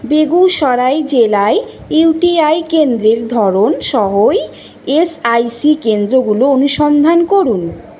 বেগুসরাই জেলায় ইউটিআই কেন্দ্রের ধরন সহ ই এসআইসি কেন্দ্রগুলো অনুসন্ধান করুন